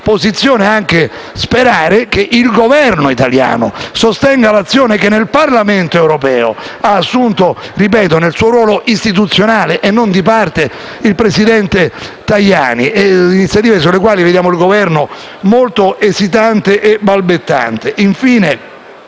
posizione, e sperare che il Governo italiano sostenga l'azione che nel Parlamento europeo ha assunto, nel suo ruolo istituzionale e non di parte, il presidente Tajani; iniziative sulle quali vediamo il Governo molto esitante e balbettante.